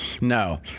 No